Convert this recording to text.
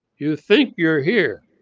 you think you're here,